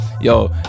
Yo